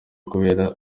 kubera